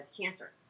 cancer